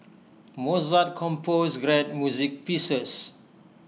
Mozart composed great music pieces